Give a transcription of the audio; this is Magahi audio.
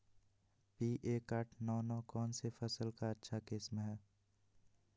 पी एक आठ नौ नौ कौन सी फसल का अच्छा किस्म हैं?